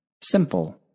Simple